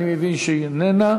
אני מבין שהיא איננה,